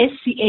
SCA